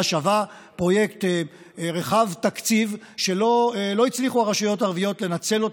שווה" פרויקט רחב תקציב שהרשויות הערביות לא הצליחו לנצל.